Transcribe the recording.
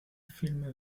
film